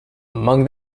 among